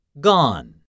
gone